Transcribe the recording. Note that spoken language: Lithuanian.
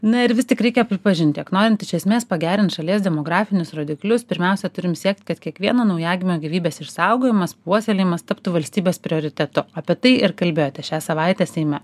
na ir vis tik reikia pripažint jog norint iš esmės pagerint šalies demografinius rodiklius pirmiausia turim siekt kad kiekvieno naujagimio gyvybės išsaugojimas puoselėjimas taptų valstybės prioritetu apie tai ir kalbėjote šią savaitę seime